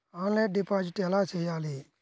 Offline deposit ఎలా చేయాలి?